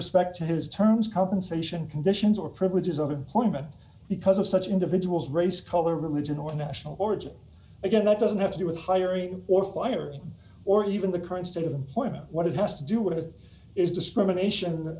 respects his terms compensation conditions or privileges unemployment because of such individuals race color religion or national origin again that doesn't have to do with hiring or firing or even the current state of point what it has to do what it is discrimination